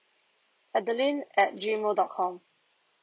adeline at G mail dot com